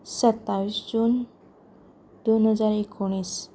सत्तावीस जून दोन हजार एकुणीस